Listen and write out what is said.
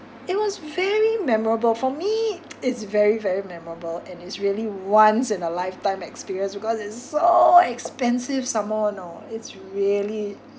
it was very memorable for me it's very very memorable and it's really once in a lifetime experience because it's so expensive some more know it's really